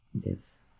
Yes